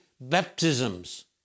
baptisms